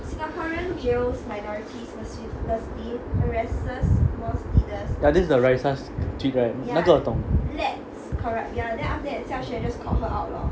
ya this is the raeesah's tweet right 那个我懂